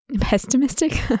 pessimistic